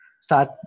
start